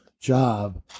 job